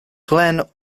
glen